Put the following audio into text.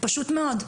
פשוט מאוד.